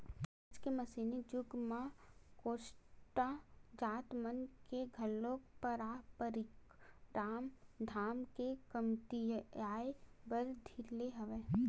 आज के मसीनी जुग म कोस्टा जात मन के घलो पारंपरिक काम धाम ह कमतियाये बर धर ले हवय